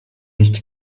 nicht